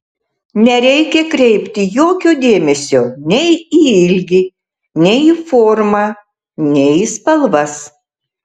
nereikia kreipti jokio dėmesio nei į ilgį nei į formą nei į spalvas